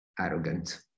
arrogant